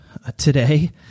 today